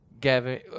Gavin